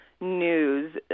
news